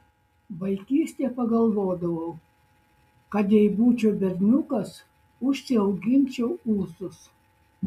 vaikystėje pagalvodavau kad jei būčiau berniukas užsiauginčiau ūsus